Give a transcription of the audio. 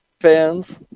fans